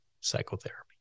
psychotherapy